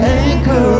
anchor